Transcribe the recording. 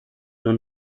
nur